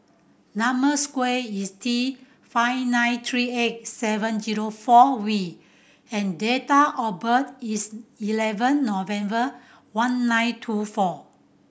number square is T five nine three eight seven zero four V and date of birth is eleven November one nine two four